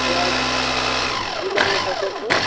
राज्य ज़िला मुज़फ़्फ़रपुर